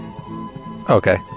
Okay